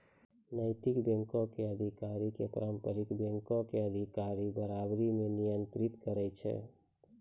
नैतिक बैंको के अधिकारी के पारंपरिक बैंको के अधिकारी बराबरी मे नियंत्रित करै छै